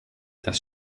das